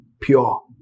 Pure